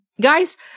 Guys